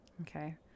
Okay